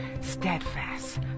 steadfast